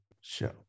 show